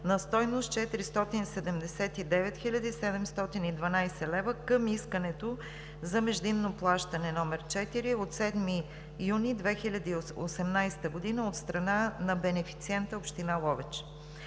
на стойност 479 хил. 712 лв. към Искането за междинно плащане № 4 от 7 юни 2018 г. от страна на бенефициента – Община Ловеч.